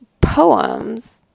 poems